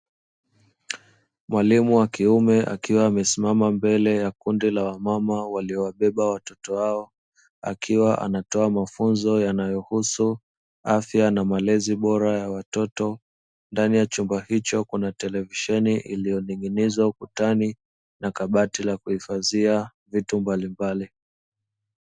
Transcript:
Mwalimu wa kiume akiwa amesimama mbele ya kundi la wamama walio wabeba watoto wao, akiwa anatoa mafunzo yanayohusu afya na malezi bora ya watoto. Ndani ya chumba hicho kuna televisheni iliyoning'inizwa ukutani na kabati la kuhifadhia vitu mbalimbali.